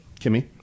Kimmy